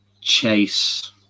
chase